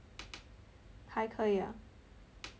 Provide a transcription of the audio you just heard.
还可以 lah